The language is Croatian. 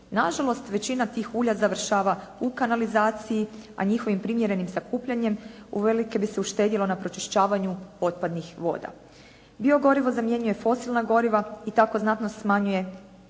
Nažalost, većina tih ulja završava u kanalizaciji, a njihovim primjerenim sakupljanjem uvelike bi se uštedjelo na pročišćavanju otpadnih voda. Biogorivo zamjenjuje fosilna goriva i tako znatno smanjuje